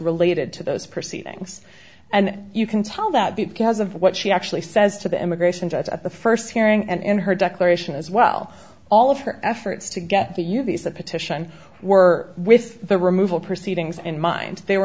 related to those proceedings and you can tell that because of what she actually says to the immigration judge at the first hearing and in her declaration as well all of her efforts to get to you these that petition were with the removal proceedings in mind they were